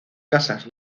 casas